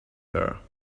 there